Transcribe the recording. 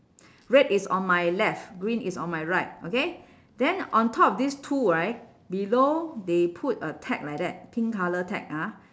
red is on my left green is on my right okay then on top this two right below they put a tag like that pink colour tag ah